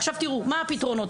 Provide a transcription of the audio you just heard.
עכשיו תראו, מה הפתרונות?